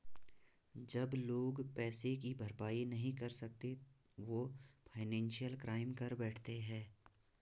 जब लोग पैसे की भरपाई नहीं कर सकते वो फाइनेंशियल क्राइम कर बैठते है